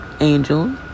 angel